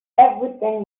everything